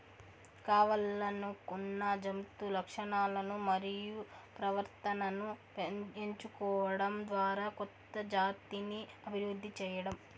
కావల్లనుకున్న జంతు లక్షణాలను మరియు ప్రవర్తనను ఎంచుకోవడం ద్వారా కొత్త జాతిని అభివృద్ది చేయడం